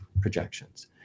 projections